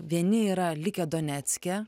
vieni yra likę donecke